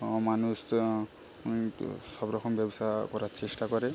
ও মানুষজন তো সবরকম ব্যবসা করার চেষ্টা করে